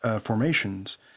formations